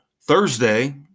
Thursday